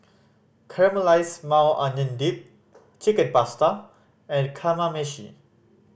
Caramelized Maui Onion Dip Chicken Pasta and Kamameshi